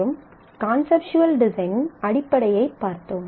மற்றும் கான்செப்ட்வல் டிசைனின் அடிப்படையைப் பார்த்தோம்